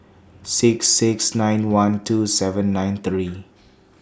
six six nine one two seven nine three